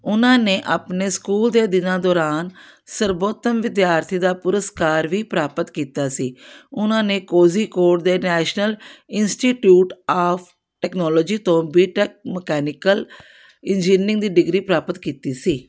ਉਨ੍ਹਾਂ ਨੇ ਆਪਨੇ ਸਕੂਲ ਦੇ ਦਿਨਾਂ ਦੌਰਾਨ ਸਰਬੋਤਮ ਵਿਦਿਆਰਥੀ ਦਾ ਪੁਰਸਕਾਰ ਵੀ ਪ੍ਰਾਪਤ ਕੀਤਾ ਸੀ ਉਨ੍ਹਾਂ ਨੇ ਕੋਜ਼ੀਕੋਡ ਦੇ ਨੈਸ਼ਨਲ ਇੰਸਟੀਟਿਊਟ ਆਫ ਟਕਨੋਲੋਜੀ ਤੋਂ ਬੀਟੈਕ ਮਕੈਨੀਕਲ ਇਜੀਨਿੰਗ ਦੀ ਡਿਗਰੀ ਪ੍ਰਾਪਤ ਕੀਤੀ ਸੀ